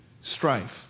strife